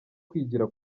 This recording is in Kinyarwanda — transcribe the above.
kwigira